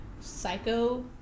psycho